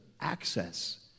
access